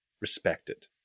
respected